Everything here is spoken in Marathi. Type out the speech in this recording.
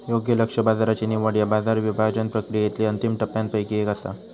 योग्य लक्ष्य बाजाराची निवड ह्या बाजार विभाजन प्रक्रियेतली अंतिम टप्प्यांपैकी एक असा